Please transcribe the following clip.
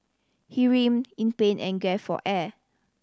he writhed in pain and gaped for air